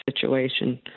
situation